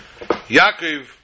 Yaakov